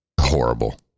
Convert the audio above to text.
Horrible